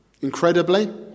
incredibly